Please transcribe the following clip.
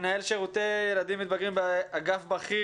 מנהל שירותי ילדים ומתבגרים באגף בכיר